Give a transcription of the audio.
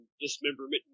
dismemberment